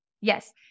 Yes